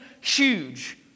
huge